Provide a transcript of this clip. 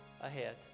ahead